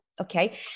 Okay